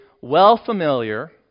well-familiar